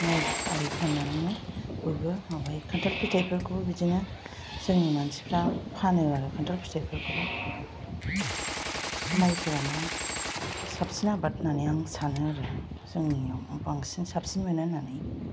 नै आलि फाननानैनो बयबो माबायो खान्थाल फिथायफोरखौ बिदिनो जोंनि मानसिफ्रा फानो आरो खान्थाल फिथायफोरखौबो माइफ्रानो साबसिन आबाद होननानै आं सानो आरो जोंनि न'आव बांसिन साबसिन मोनो होननानै